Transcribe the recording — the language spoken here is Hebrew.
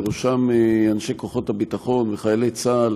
בראשם אנשי כוחות הביטחון וחיילי צה"ל.